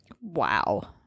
wow